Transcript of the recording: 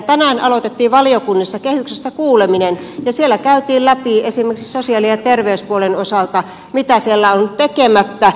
tänään aloitettiin valiokunnissa kehyksestä kuuleminen ja siellä käytiin läpi esimerkiksi sosiaali ja terveyspuolen osalta mitä siellä on tekemättä